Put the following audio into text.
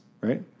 right